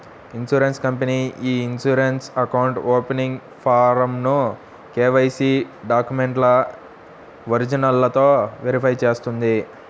insurance company ఇ insurance account opening ఫారమ్ను KYC డాక్యుమెంట్ల ఒరిజినల్లతో వెరిఫై చేస్తుంది